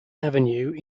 avenue